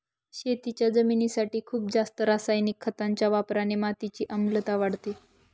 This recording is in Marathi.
शेतीच्या जमिनीसाठी खूप जास्त रासायनिक खतांच्या वापराने मातीची आम्लता वाढते